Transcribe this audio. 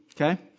Okay